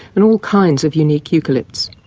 and all kinds of unique eucalyptus.